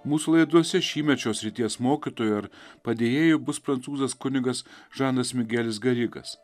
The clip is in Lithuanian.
mūsų laidose šįmet šios srities mokytojo padėjėju bus prancūzas kunigas žanas migelisgarikas